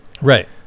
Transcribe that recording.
right